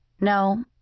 No